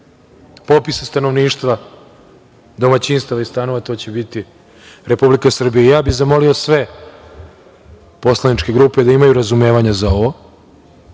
popisa stanovništva, domaćinstava i stanova to će biti Republika Srbija. Zamolio bih sve poslaničke grupe da imaju razumevanja za ovo.